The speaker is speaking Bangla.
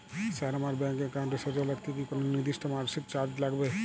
স্যার আমার ব্যাঙ্ক একাউন্টটি সচল রাখতে কি কোনো নির্দিষ্ট মাসিক চার্জ লাগবে?